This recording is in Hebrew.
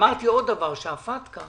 אמרתי עוד דבר, שהפטקא,